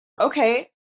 Okay